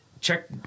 check